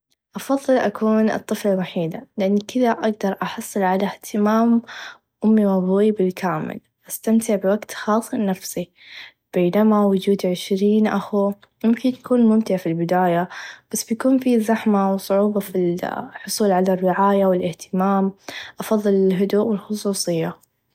أفظل أكون الطفله الوحيده لإن كذا أقدر أحصل على إهتمام أمي و أبوي بالكامل و أستمتع بوقت خاص لنفسي بينما وچون عشرين أخو ممكن يكون ممتع في البدايه بس بيكون في زحمه و صعوبه في الحصول على الرعايه و الإهتمام أفظل الهدوء و الخصوصيه.